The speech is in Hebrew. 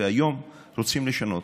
שהיום רוצים לשנות.